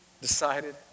decided